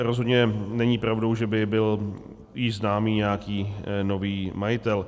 Rozhodně není pravdou, že byl již známý nějaký nový majitel.